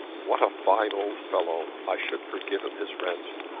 what a fine old fellow! i should forgive him his rent.